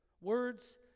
Words